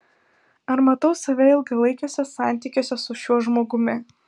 ar matau save ilgalaikiuose santykiuose su šiuo žmogumi